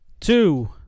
two